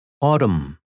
Autumn